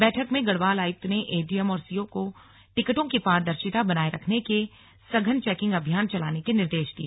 बैठक में गढ़वाल आयुक्त ने एडीएम और सीओ को टिकटों की पारदर्शिता बनाये रखने के ले सघन चौकिंग अभियान चलाने के निर्देश दिए